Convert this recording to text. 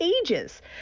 ages